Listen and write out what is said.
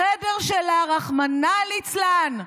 בחדר שלה, רחמנא ליצלן,